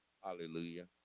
hallelujah